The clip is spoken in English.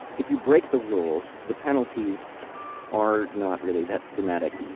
if you break the rules the penalties are not really that dramatic,